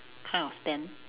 kind of stand